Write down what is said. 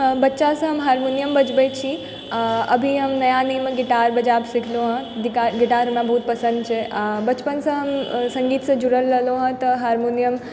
हम बच्चासँ हारमोनियम बजबै छी अभी हम नया नयामे गिटार बजायब सिखलहुँ हँ गिटार हमरा बहुत पसन्द छै आओर बचपनसँ हम सङ्गीतसँ जुड़ल रहलहुँ हँ तऽ हारमोनियम